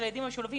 הילדים המשולבים.